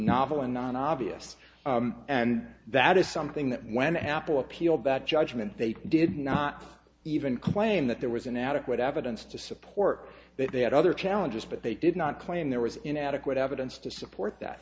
novel and non obvious and that is something that when apple appealed that judgment they did not even claim that there was an adequate evidence to support that they had other challenges but they did not claim there was inadequate evidence to support that